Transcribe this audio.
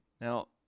Now